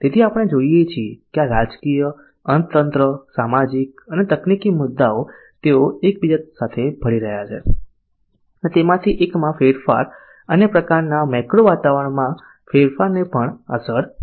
તેથી આપણે જોઈએ છીએ કે આ રાજકીય અર્થતંત્ર સામાજિક અને તકનીકી મુદ્દાઓ તેઓ એકબીજા સાથે ભળી રહ્યા છે અને તેમાંથી એકમાં ફેરફાર અન્ય પ્રકારના મેક્રો વાતાવરણમાં ફેરફારને પણ અસર કરે છે